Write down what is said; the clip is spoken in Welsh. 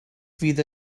fydd